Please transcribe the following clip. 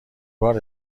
بار